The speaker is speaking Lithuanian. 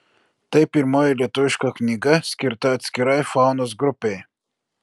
tai pirmoji lietuviška knyga skirta atskirai faunos grupei